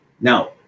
Now